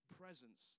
presence